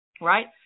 right